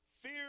Fear